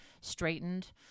straightened